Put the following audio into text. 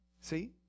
See